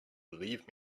believe